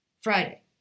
Friday